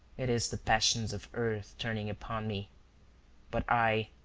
it is the passions of earth turning upon me but i,